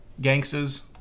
Gangsters